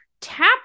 tap